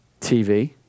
TV